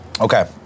Okay